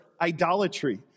idolatry